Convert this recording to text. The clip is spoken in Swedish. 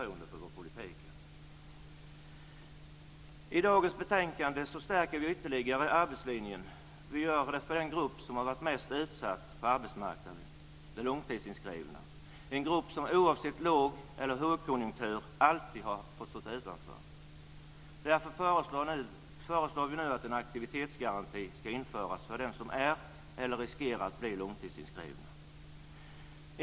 Genom dagens betänkande stärker vi arbetslinjen ytterligare. Det är en grupp som oavsett hög eller lågkonjunktur alltid har stått utanför. Därför föreslår vi nu att en aktivitetsgaranti ska införas för den som är eller riskerar att bli långtidsinskriven.